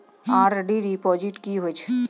RD deposit की होय छै?